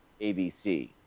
ABC